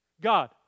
God